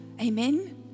Amen